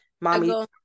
Mommy